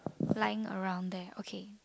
lying around there okay